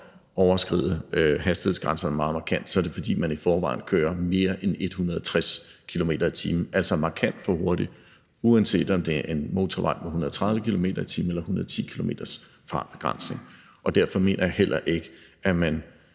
overskride hastighedsgrænserne meget markant, er det, fordi man i forvejen kører mere end 160 km/t., altså alt for hurtigt, uanset om det er en motorvej med en fartbegrænsning på 130 km/t. eller 110 km/t. Derfor mener jeg heller ikke, at man